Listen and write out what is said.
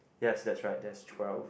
yes that's right that's twelve